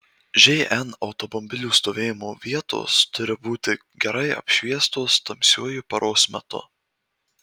žn automobilių stovėjimo vietos turi būti gerai apšviestos tamsiuoju paros metu